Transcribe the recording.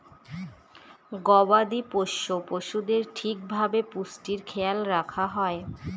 গবাদি পোষ্য পশুদের ঠিক ভাবে পুষ্টির খেয়াল রাখা হয়